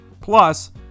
Plus